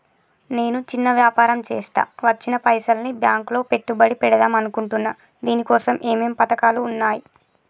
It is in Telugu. నేను చిన్న వ్యాపారం చేస్తా వచ్చిన పైసల్ని బ్యాంకులో పెట్టుబడి పెడదాం అనుకుంటున్నా దీనికోసం ఏమేం పథకాలు ఉన్నాయ్?